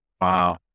Wow